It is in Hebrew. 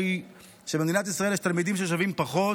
היא שבמדינת ישראל יש תלמידים ששווים פחות